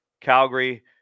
Calgary